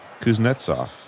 Kuznetsov